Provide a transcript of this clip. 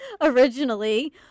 originally